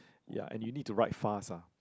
ya and you need to write fast ah